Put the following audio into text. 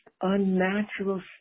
unnatural